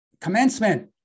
commencement